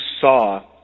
saw